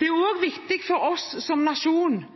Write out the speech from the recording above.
Det er også viktig for oss som nasjon,